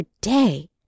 day